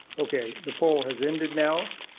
okay, the poll has ended now.